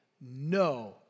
no